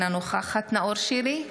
אינה נוכחת נאור שירי,